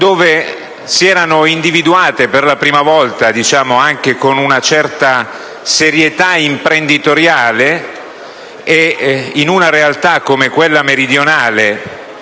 cui si era individuato per la prima volta, con una certa serietà imprenditoriale, in una realtà come quella meridionale,